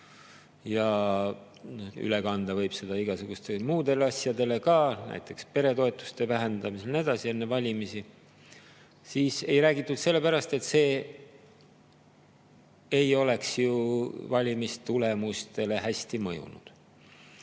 üle kanda ka igasugustele muudele asjadele, näiteks peretoetuste vähendamisele ja nii edasi. Enne valimisi ei räägitud sellepärast, et see ei oleks ju valimistulemustele hästi mõjunud.